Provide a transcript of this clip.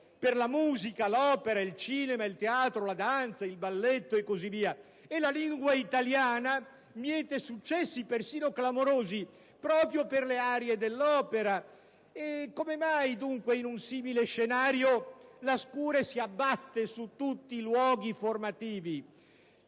per la musica, l'opera, il cinema, il teatro, la danza, il balletto, mentre la lingua italiana miete successi persino clamorosi all'estero proprio per le arie d'opera? Come mai dunque, in un simile scenario, la scure si abbatte su tutti i luoghi formativi,